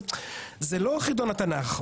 זה לא חידון התנ"ך.